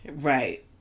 right